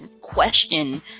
question